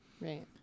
Right